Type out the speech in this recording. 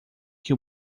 que